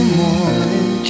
morning